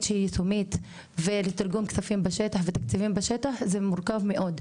שהיא יישומית ולתרגום כספים ותקציבים בשטח זה קשה ומורכב מאוד,